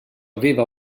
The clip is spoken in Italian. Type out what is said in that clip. aveva